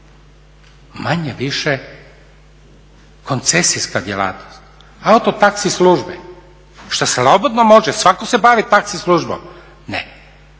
manje-više koncesijska djelatnost. Auto taxi službe, što slobodno može svatko se baviti taxi službom? Ne,